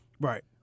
Right